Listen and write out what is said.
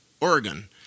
Oregon